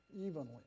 evenly